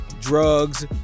drugs